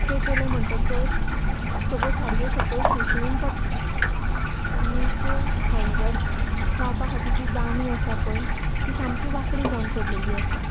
उत्कें केलें म्हणटकच सगल्यो साडयो सकल सुळसुळून पडटात आनीक हँगर लावपा खातीर जी दाणी आसा पय ती सामकी वांकडी जावन पडलेलीं आसा